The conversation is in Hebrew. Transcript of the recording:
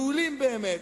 מעולים באמת,